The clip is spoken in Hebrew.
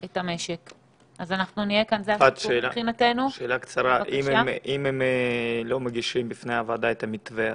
אם הם לא מגישים בפני הוועדה את המתווה,